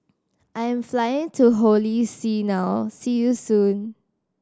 I'm flying to Holy See now see you soon